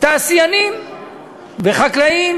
תעשיינים וחקלאים.